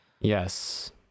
Yes